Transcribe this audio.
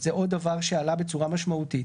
זה עוד דבר שעלה בצורה משמעותית.